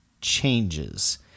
changes